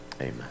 amen